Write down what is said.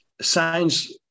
science